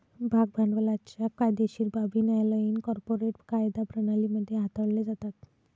भाग भांडवलाच्या कायदेशीर बाबी न्यायालयीन कॉर्पोरेट कायदा प्रणाली मध्ये हाताळल्या जातात